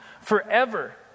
forever